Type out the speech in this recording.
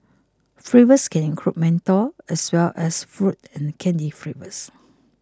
flavours can include menthol as well as fruit and candy flavours